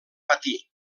patir